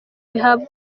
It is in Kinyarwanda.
bihabwa